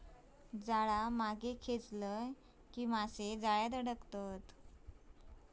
जाळा मागे खेचताच मासे जाळ्यात अडकतत